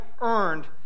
earned